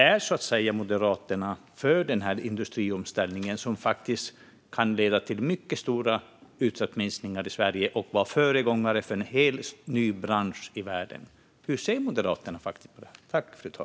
Är Moderaterna för denna industriomställning som kan leda till mycket stora utsläppsminskningar i Sverige och visa vägen för en helt ny bransch i världen? Hur ser Moderaterna på detta?